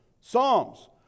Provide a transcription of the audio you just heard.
Psalms